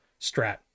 strat